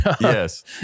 Yes